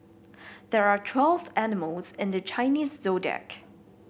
there are twelve animals in the Chinese Zodiac